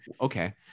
okay